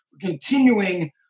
continuing